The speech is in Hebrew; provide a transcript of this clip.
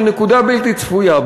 של נקודה בלתי צפויה.